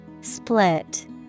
Split